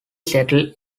settled